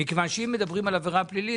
מכיוון שאם מדברים על עבירה פלילית,